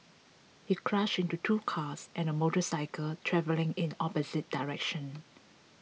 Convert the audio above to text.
he crashed into two cars and a motorcycle travelling in the opposite direction